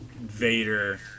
vader